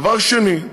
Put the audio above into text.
דבר שני,